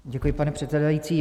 Děkuji, pane předsedající.